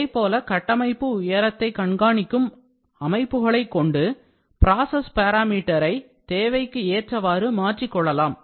இதைப்போல கட்டமைப்பு உயரத்தை கண்காணிக்கும் அமைப்புகளை கொண்டு process parameter சை தேவைக்கு ஏற்றவாறு மாற்றிக் கொள்ளலாம்